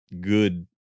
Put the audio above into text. good